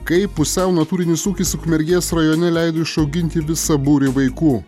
kaip pusiau natūrinis ūkis ukmergės rajone leido išauginti visą būrį vaikų